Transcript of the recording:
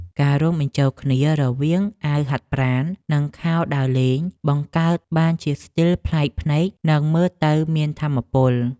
ការរួមបញ្ចូលគ្នារវាងអាវហាត់ប្រាណ និងខោដើរលេងបង្កើតបានជាស្ទីលប្លែកភ្នែកនិងមើលទៅមានថាមពល។